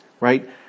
right